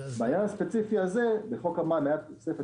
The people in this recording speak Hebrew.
בעניין הספציפי הזה בחוק המים היתה תוספת,